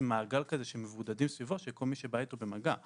מעגל כזה של מבודדים סביבו של כל מי שבא איתו במגע.